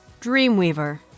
Dreamweaver